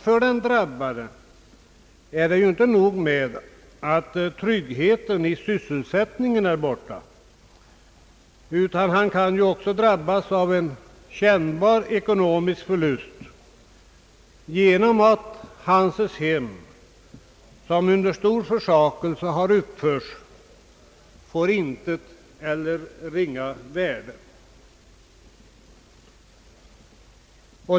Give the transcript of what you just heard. För den drabbade är det inte nog med att tryggheten i sysselsättningen är borta, utan han kan också lida en kännbar ekonomisk förlust genom att hans hem, som uppförts med stor försakelse, nu får ringa eller intet värde.